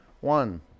One